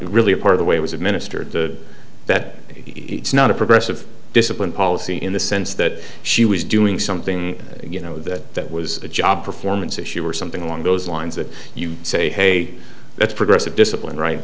really a part the way it was administered to that it's not a progressive discipline policy in the sense that she was doing something you know that was a job performance issue or something along those lines that you say hey that's progressive discipline